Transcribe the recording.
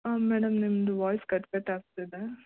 madam ನಿಮ್ಮದು voice cut cut ಆಗ್ತಿದೆ